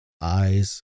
eyes